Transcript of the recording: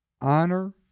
Honor